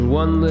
one